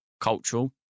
cultural